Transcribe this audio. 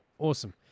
Awesome